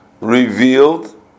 revealed